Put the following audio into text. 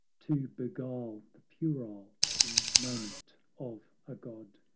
to beguile the puerile moment of a god!